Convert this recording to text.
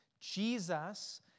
Jesus